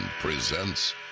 presents